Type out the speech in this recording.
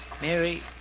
Mary